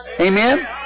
Amen